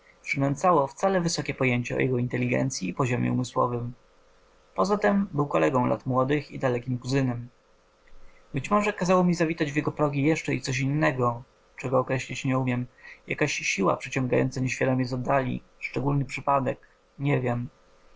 życia przynęcało wcale wysokie pojęcie o jego inteligencyi i poziomie umysłowym poza tem był kolegą lat młodych i dalekim kuzynem być może kazało mi zawitać w jego progi jeszcze i coś innego czego określić nie umiem jakaś siła przyciągająca nieświadomie z dali szczególny przypadek nie wiem